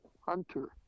hunter